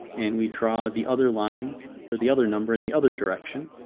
and we draw the other lines for the other number in the other direction.